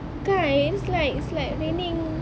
kan it's like it's like raining